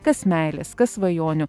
kas meilės kas svajonių